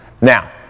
Now